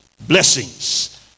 blessings